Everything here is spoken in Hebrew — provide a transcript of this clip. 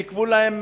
עיכבו להם